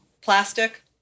plastic